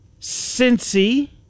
Cincy